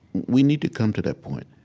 we need to come to that point.